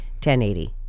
1080